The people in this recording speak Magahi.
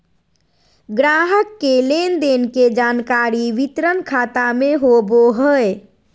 ग्राहक के लेन देन के जानकारी वितरण खाता में होबो हइ